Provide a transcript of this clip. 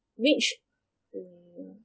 which mm